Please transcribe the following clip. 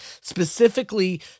specifically